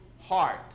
heart